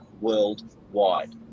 worldwide